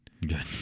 Good